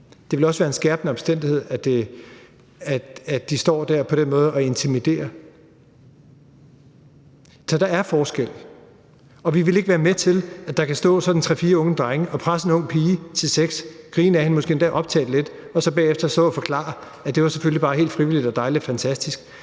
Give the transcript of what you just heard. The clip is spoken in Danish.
Det vil også være en skærpende omstændighed, at de står der på den måde og intimiderer. Så der er en forskel, og vi vil ikke være med til, at der kan stå sådan tre-fire unge drenge og presse en ung pige til sex, grine ad hende og måske endda optage det lidt og så bagefter stå og forklare, at det selvfølgelig bare var helt frivilligt og dejligt og fantastisk.